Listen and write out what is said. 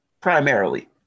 primarily